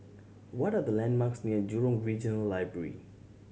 what are the landmarks near Jurong Regional Library